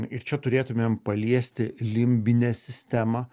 ir čia turėtumėm paliesti limbinę sistemą